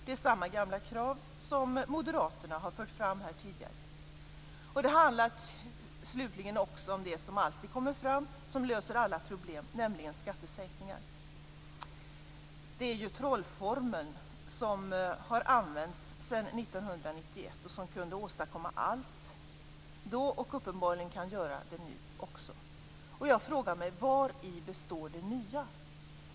Det är samma gamla krav som Moderaterna tidigare här har fört fram. Det handlar slutligen om det som alltid kommer fram och som löser alla problem, nämligen skattesänkningar. Det är ju den trollformel som använts sedan 1991 och som då kunde åstadkomma allt och som uppenbarligen kan göra det nu också. Jag frågar: Vari består det nya?